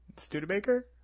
Studebaker